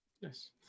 yes